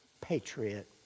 patriot